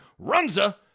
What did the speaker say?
Runza